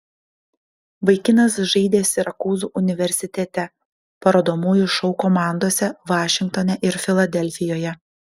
vaikinas žaidė sirakūzų universitete parodomųjų šou komandose vašingtone ir filadelfijoje